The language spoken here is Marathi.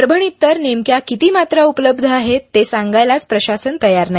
परभणीत तर नेमक्या किती मात्रा उपलब्ध आहेत ते सांगायलाच प्रशासन तयार नाही